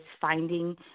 finding